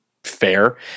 Fair